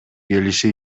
келиши